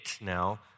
now